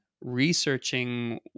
researching